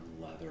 leather